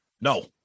No